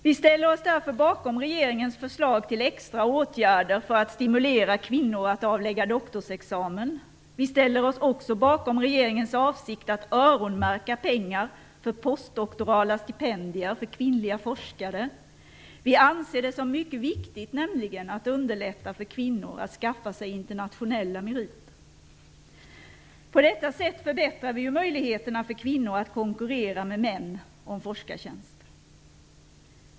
Vi ställer oss därför bakom regeringens förslag till extra åtgärder för att stimulera kvinnor att avlägga doktorsexamen. Vi ställer oss också bakom regeringens avsikt att öronmärka pengar för postdoktorala stipendier för kvinnliga forskare. Vi anser det som mycket viktigt att underlätta för kvinnor att skaffa sig internationella meriter. På detta sätt förbättrar vi ju möjligheterna för kvinnor att konkurrera med män om forskartjänster.